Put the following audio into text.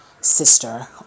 sister